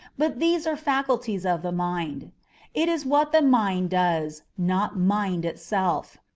but these are faculties of the mind it is what the mind does, not mind itself.